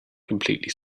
completely